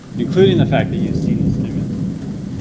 including the fact that you've seen the stimulus before,